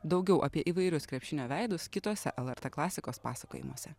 daugiau apie įvairius krepšinio veidus kituose lrt klasikos pasakojimuose